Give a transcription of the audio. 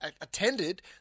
attended